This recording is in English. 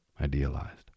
idealized